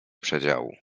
przedziału